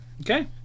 okay